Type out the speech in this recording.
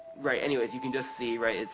right, anyways. you can just see, right,